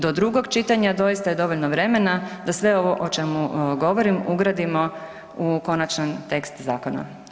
Do drugog čitanja doista je dovoljno vremena da sve ovo o čemu govorim ugradimo u konačan tekst zakona.